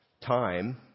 time